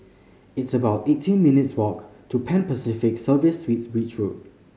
it's about eighteen minutes' walk to Pan Pacific Serviced Suites Beach Road